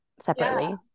separately